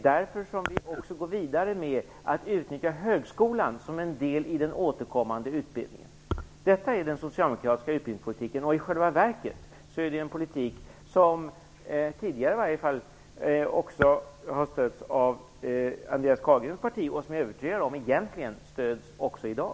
Därför vill vi också gå vidare med att utnyttja högskolan som en del i den återkommande utbildningen. Detta är den socialdemokratiska utbildningspolitiken. I själva verket är det en politik som åtminstone tidigare har stötts av Andreas Carlgrens parti. Jag är övertygad om att vi egentligen har det stödet även i dag.